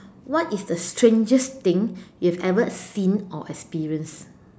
what is the strangest thing you have ever seen or experienced